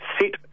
sit